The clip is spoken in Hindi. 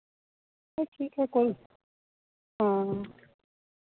तो ठीक है कोई हाँ